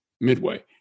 Midway